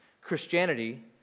Christianity